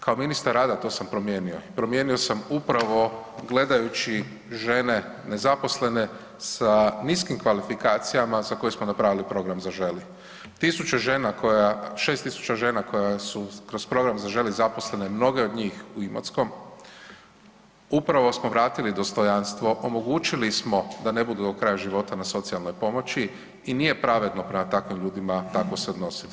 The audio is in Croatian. Kao ministar rada to sam promijenio, promijenio sam upravo gledajući žene nezaposlene sa niskim kvalifikacijama za koje smo napravili program Zaželi, tisuće žena koja, 6.000 žena koja su kroz program Zaželi zaposlene mnoge od njih u Imotskom upravo smo vratili dostojanstvo, omogućili smo da ne budu do kraja život na socijalnoj pomoći i nije pravedno prema takvim ljudima tako se odnositi.